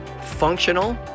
functional